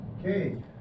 Okay